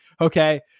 Okay